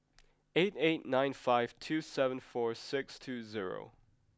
eight eight nine five two seven four six two zero